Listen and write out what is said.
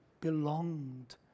belonged